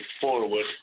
forward